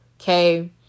Okay